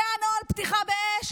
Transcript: זה נוהל הפתיחה באש?